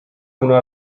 kuna